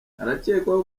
arakekwaho